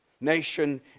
Nation